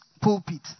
pulpit